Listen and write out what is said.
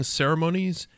ceremonies